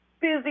busy